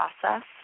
process